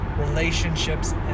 relationships